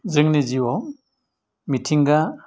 जोंनि जिउआव मिथिंगा